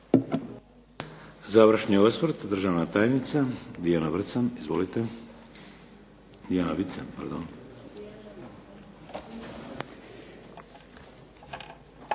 Završni osvrt državna tajnica Dijana Vican. Izvolite. **Vican,